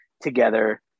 together